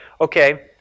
okay